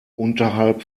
unterhalb